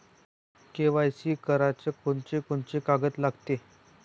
KYC कराच कोनचे कोनचे कागद लागते?